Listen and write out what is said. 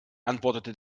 antwortete